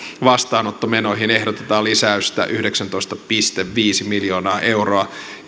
vastaanottomenoihin ehdotetaan lisäystä yhdeksäntoista pilkku viisi miljoonaa euroa